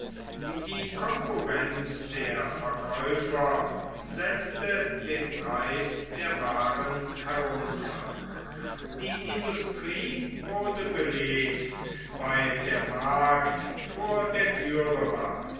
die concurrenz der verkäufer setzte den preis der waaren herunter die industrie wurde belebt weil der markt vor der thüre war